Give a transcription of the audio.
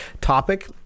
topic